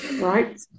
Right